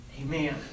Amen